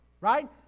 right